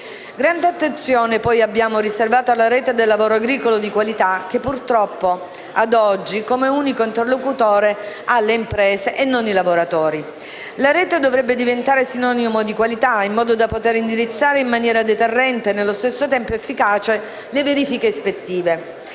grande attenzione alla Rete del lavoro agricolo di qualità, che, purtroppo, ad oggi, ha come unici interlocutori le imprese e non i lavoratori. La Rete dovrebbe diventare sinonimo di qualità in modo da poter indirizzare in maniera deterrente, e nello stesso tempo efficace, le verifiche ispettive.